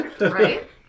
Right